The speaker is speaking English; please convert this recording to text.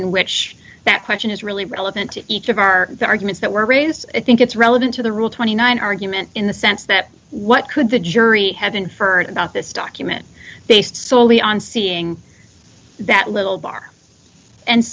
in which that question is really relevant to each of our arguments that were raised i think it's relevant to the rule twenty nine dollars argument in the sense that what could the jury have inferred not this document based solely on seeing that little bar and